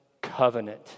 covenant